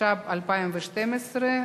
התשע"ב 2012,